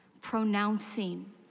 pronouncing